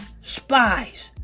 Spies